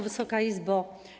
Wysoka Izbo!